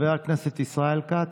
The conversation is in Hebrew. ישראל כץ,